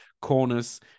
corners